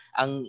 ang